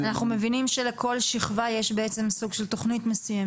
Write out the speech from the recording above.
--- אנחנו מבינים שלכל שכבה יש בעצם סוג של תכנית מסוימת.